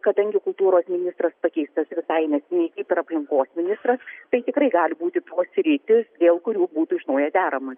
kadangi kultūros ministras pakeistas visai neseniai kaip ir aplinkos ministras tai tikrai gali būti tos sritys dėl kurių būtų iš naujo deramasi